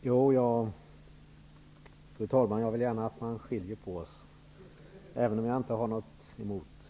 Fru talman!